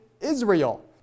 Israel